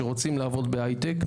שרוצים לעבוד בהייטק,